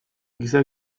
giza